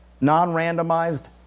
non-randomized